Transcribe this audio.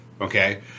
Okay